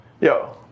yo